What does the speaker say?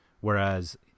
whereas